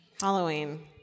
halloween